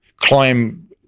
climb